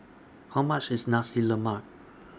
How much IS Nasi Lemak